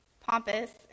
pompous